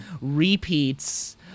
repeats